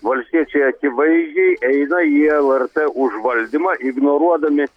valstiečiai akivaizdžiai eina į lrt užvaldymą ignoruodami